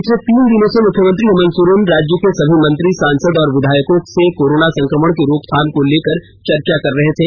पिछले तीन दिनों से मुख्यमंत्री हेमंत सोरेन राज्य के सभी मंत्री सांसद और विधायकों से कोरोना संक्रमण की रोकथाम को लेकर चर्चा कर रहे थे